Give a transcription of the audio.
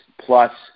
plus